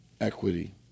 equity